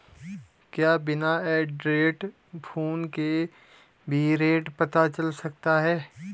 क्या बिना Android phone के भी रेट पता चल सकता है?